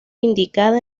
indicada